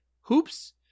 hoops